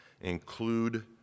include